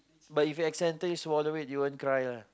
but if you accidentally swallow it you won't cry lah